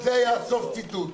זה היה סוף הציטוט.